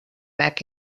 back